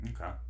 Okay